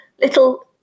little